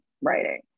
writing